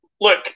Look